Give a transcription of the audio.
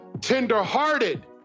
tenderhearted